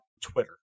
Twitter